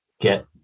get